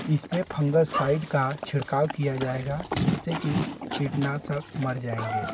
इसपे फंगससाइड का छिड़काव किया जाएगा जिससे की कीट नाशक मर जाएँगे